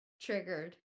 triggered